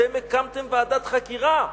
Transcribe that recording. אתם הקמתם ועדת חקירה,